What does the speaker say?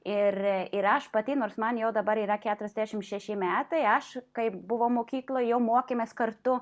ir ir aš pati nors man jau dabar yra keturiasdešimt šeši metai aš kaip buvom mokykloj jau mokėmės kartu